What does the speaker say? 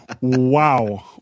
Wow